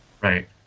Right